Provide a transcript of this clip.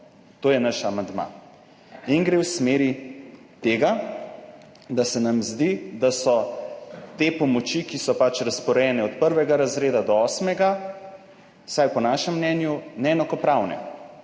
To je naš amandma. Gre v smeri tega, da se nam zdi, da so te pomoči, ki so razporejene od prvega do osmega razreda, vsaj po našem mnenju neenakopravne.